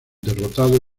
derrotado